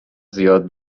زیاد